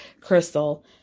Crystal